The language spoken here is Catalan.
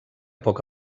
poc